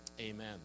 Amen